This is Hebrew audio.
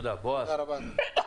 תודה רבה, אדוני.